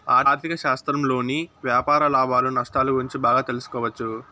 ఆర్ధిక శాస్త్రంలోని వ్యాపార లాభాలు నష్టాలు గురించి బాగా తెలుసుకోవచ్చు